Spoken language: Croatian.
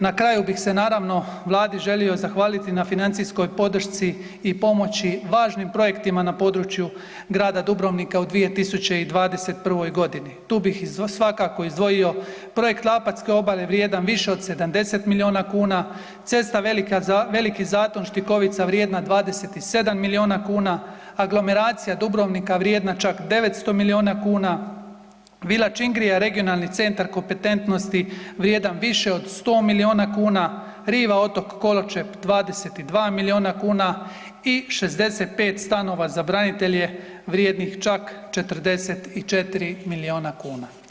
Na kraju bih se naravno vladi želio zahvaliti na financijskoj podršci i pomoći važnim projektima na području grada Dubrovnika u 2021.g. Tu bih svakako izdvojio Projekt Lapac koji je obale vrijedan više od 70 milijuna kuna, cesta Veliki Zaton-Štikovica vrijedna 27 milijuna kuna, Aglomeracija Dubrovnika vrijedna čak 900 milijuna kuna, Vila Čingrija Regionalni centar kompetentnosti vrijedan više od 100 milijuna kuna, Riva otok Koločep 22 milijuna kuna i 65 stanova za branitelje vrijednih čak 44 milijuna kuna.